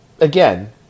again